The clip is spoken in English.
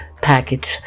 package